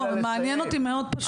לא, פשוט מעניין אותי מאוד איך זה עובד.